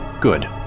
Good